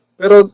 pero